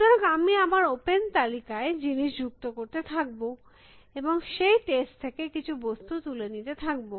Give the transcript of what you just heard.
সুতরাং আমি আমার ওপেন তালিকায় জিনিস যুক্ত করতে থাকব এবং সেই টেস্ট থেকে কিছু বস্তু তুলে নিতে থাকব